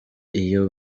iyo